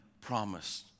promised